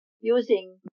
using